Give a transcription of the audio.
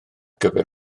gyfer